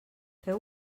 feu